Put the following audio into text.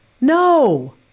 no